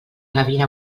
gavina